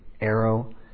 arrow